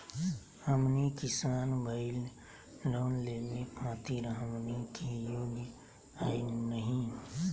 हमनी किसान भईल, लोन लेवे खातीर हमनी के योग्य हई नहीं?